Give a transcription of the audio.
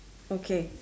okay